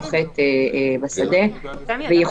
עשה בדיקה, אז הבדיקה הזאת תופסת ועכשיו הוא יכול